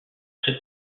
très